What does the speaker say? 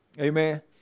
Amen